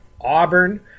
Auburn